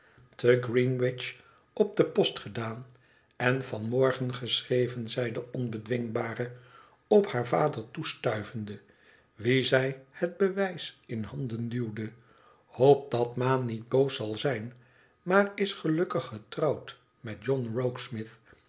te greenwich op de post gedaan en van morgen geschreven zei de onbedwingbare op haar vader toestuivende wien zij het bewijs in banden duwde hoopt dat ma niet boos zal zijn maar is gelukkig getrouwd met john